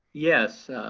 yes.